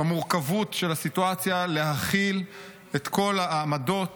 במורכבות של הסיטואציה, להכיל את כל העמדות